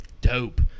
dope